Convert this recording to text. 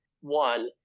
one